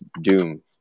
doom